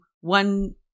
one